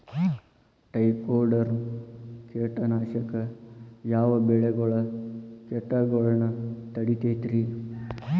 Trichoderma ಕೇಟನಾಶಕ ಯಾವ ಬೆಳಿಗೊಳ ಕೇಟಗೊಳ್ನ ತಡಿತೇತಿರಿ?